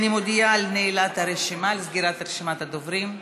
אני מודיעה על סגירת רשימת הדוברים.